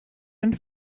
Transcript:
and